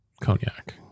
cognac